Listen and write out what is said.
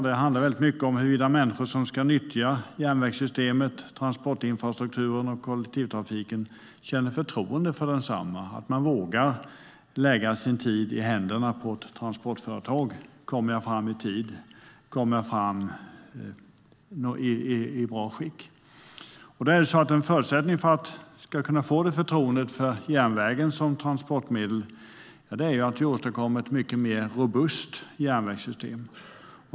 Det handlar mycket om huruvida människor som ska nyttja järnvägssystemet, transportinfrastrukturen och kollektivtrafiken känner förtroende för detta och vågar lägga sin tid i händerna på ett transportföretag. Kommer jag fram i tid? Kommer jag fram i bra skick? En förutsättning för att människor ska kunna få detta förtroende för järnvägen som transportmedel är att vi åstadkommer ett mycket mer robust järnvägssystem.